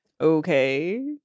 Okay